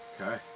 Okay